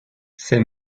ses